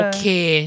Okay